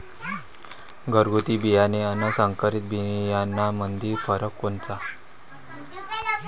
घरगुती बियाणे अन संकरीत बियाणामंदी फरक कोनचा?